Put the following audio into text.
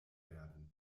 werden